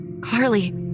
Carly